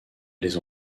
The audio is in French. les